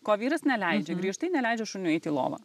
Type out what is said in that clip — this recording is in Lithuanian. ko vyras neleidžia griežtai neleidžia šuniui eit į lovą